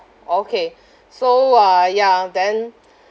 okay so uh ya then